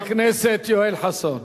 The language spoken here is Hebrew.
חבר הכנסת יואל חסון.